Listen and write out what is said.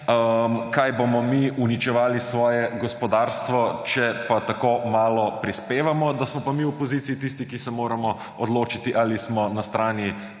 kaj bomo mi uničevali svoje gospodarstvo, če pa tako malo prispevamo; da smo pa mi v opoziciji tisti, ki se moramo odločiti, ali smo na strani